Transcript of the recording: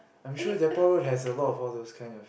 I'm sure Depot road has a lot of those kind of